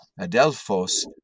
Adelphos